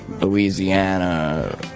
Louisiana